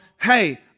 hey